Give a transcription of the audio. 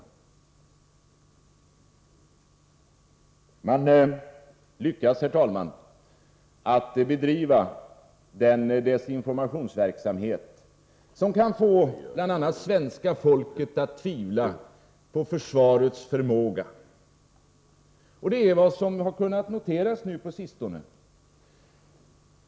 Man lyckas bedriva en desinformationsverksamhet, som kan få svenska folket att börja tvivla på försvarets förmåga. Det är vad som har kunnat noteras på sistone.